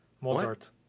Mozart